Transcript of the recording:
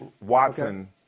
Watson